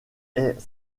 est